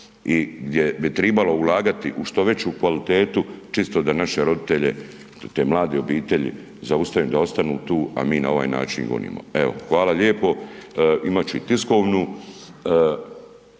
i gdje bi tribalo ulagati u što veću kvalitetu čisto da naše roditelje, te mlade obitelji zaustavimo da ostanu tu, a mi ovaj način ih gonimo. Evo hvala lijepo. Imat ću i tiskovnu.